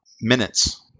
Minutes